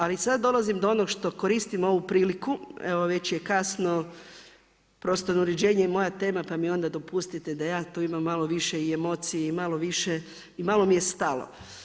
Ali sada dolazim do onog što koristim ovu priliku, evo već je kasno, prostorno uređenje i moja tema, pa mi onda dopustite da ja tu imam malo više i emocije i malo više i malo mi je stalo.